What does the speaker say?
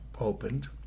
opened